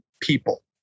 people